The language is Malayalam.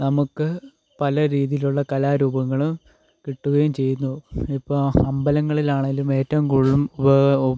നമുക്ക് പല രീതിയിലുള്ള കലാരൂപങ്ങളും കിട്ടുകയും ചെയ്യുന്നു ഇപ്പോൾ അമ്പലങ്ങളിലാണെങ്കിലും ഏറ്റവും കൂടുതൽ